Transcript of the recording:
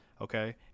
okay